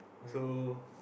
so